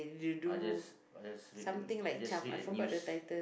I just I just read an I just read an news